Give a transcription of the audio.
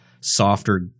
softer